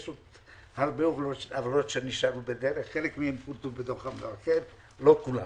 חלק מהן תוקנו לא כולן.